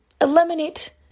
eliminate